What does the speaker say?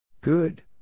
Good